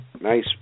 nice